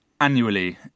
Annually